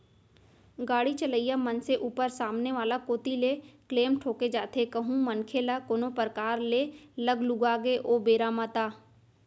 गाड़ी चलइया मनसे ऊपर सामने वाला कोती ले क्लेम ठोंके जाथे कहूं मनखे ल कोनो परकार ले लग लुगा गे ओ बेरा म ता